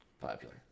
popular